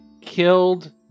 killed